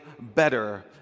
better